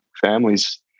families